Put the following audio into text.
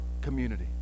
community